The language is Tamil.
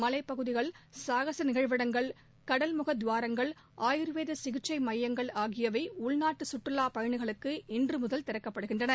மலைப்பகுதிகள் சாகச நிகழ்விடங்கள் கடல் முக துவாரங்கள் ஆயூர்வேத சிகிச்சை மையங்கள் ஆகியவை உள்நாட்டு சுற்றுலா பயணிகளுக்கு இன்று முதல் திறக்கப்படுகின்றன